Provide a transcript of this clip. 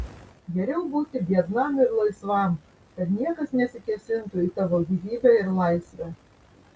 geriau būti biednam ir laisvam kad niekas nesikėsintų į tavo gyvybę ir laisvę